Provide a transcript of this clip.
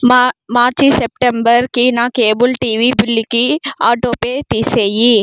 మా మార్చి సెప్టెంబర్కి నా కేబుల్ టీవీ బిల్లుకి ఆటో పే తీసేయి